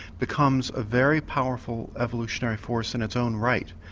becomes a very powerful evolutionary force in its own right.